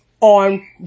on